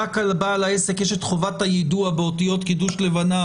בעל העסק יש רק את חובת היידוע באותיות קידוש לבנה